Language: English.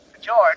George